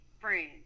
friends